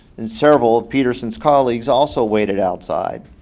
and several of peterson's colleagues also waited outside.